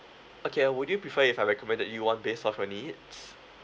okay uh would you prefer if I recommend that you one based of your needs